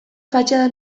fatxada